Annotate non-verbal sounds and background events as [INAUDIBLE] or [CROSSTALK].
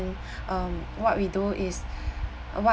[NOISE] [BREATH] um what we do is what